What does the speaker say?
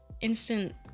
instant